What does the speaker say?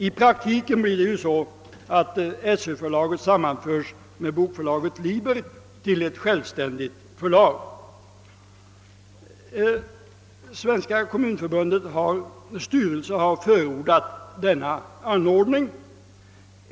I praktiken innebär detta att Sö-förlaget sammanförs med Bokförlaget Liber till ett självständigt förlag. Svenska kommunförbundets styrelse har förordat denna anordning.